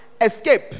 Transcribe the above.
Escape